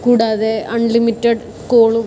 കൂടാതെ അൺലിമിറ്റഡ് കോളും